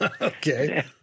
Okay